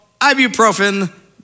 Ibuprofen